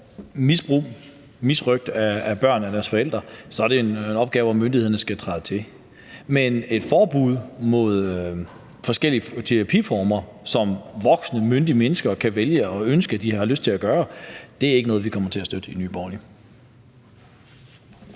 misrøgt af børn af deres forældre, er det er en opgave, hvor myndighederne skal træde til. Men et forbud mod forskellige terapiformer, som voksne, myndige mennesker kan vælge og ønske, som de har lyst til, er ikke noget, vi kommer til at støtte i Nye Borgerlige.